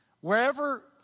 Wherever